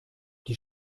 die